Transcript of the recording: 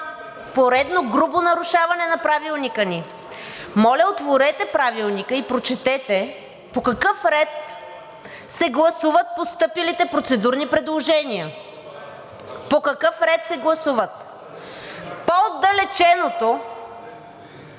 поредно грубо нарушаване на Правилника ни. Моля, отворете Правилника и прочетете по какъв ред се гласуват постъпилите процедурни предложения. По-отдалеченото